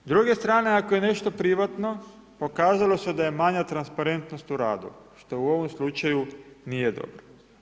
S druge strane ako je nešto privatno, pokazalo se da je manja transparentnost u radu što u ovom slučaju nije dobro.